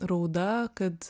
rauda kad